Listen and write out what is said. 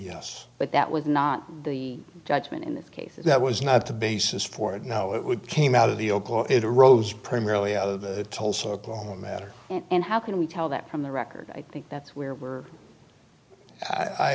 yes but that would not be the judgment in this case that was not the basis for it now it would came out of the oak or it arose primarily either the tulsa oklahoma matter and how can we tell that from the record i think that's where